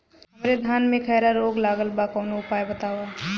हमरे धान में खैरा रोग लगल बा कवनो उपाय बतावा?